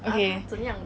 okay